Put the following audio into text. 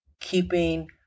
keeping